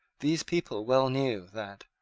these people well knew that,